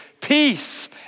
peace